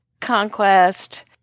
Conquest